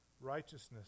righteousness